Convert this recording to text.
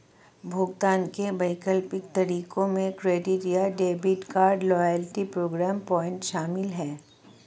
भुगतान के वैकल्पिक तरीकों में क्रेडिट या debit card, loyalty program point शामिल है